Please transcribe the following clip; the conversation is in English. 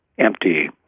empty